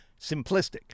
simplistic